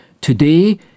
Today